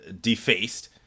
defaced